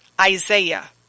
Isaiah